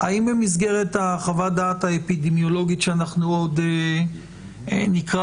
חוות הדעת האפידמיולוגית שאנחנו נקרא,